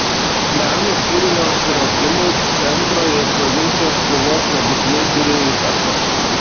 meno kūrinio atsiradimui centro ir provincijos kovos nebūtinai turi įtakos